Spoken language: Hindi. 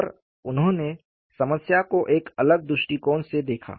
और उन्होंने समस्या को एक अलग दृष्टिकोण से देखा